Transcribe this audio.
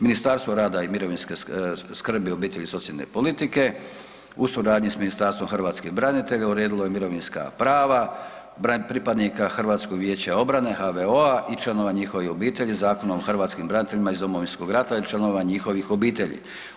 Ministarstvo rada i mirovinske skrbi, obitelji i socijalne politike u suradnji s Ministarstvom hrvatskih branitelja uredilo je mirovinska prava pripadnika Hrvatskog vijeća obrane HVO-a i članova njihovih obitelji Zakonom o hrvatskim braniteljima iz Domovinskog rata i članova njihovih obitelji.